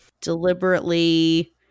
Deliberately